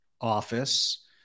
office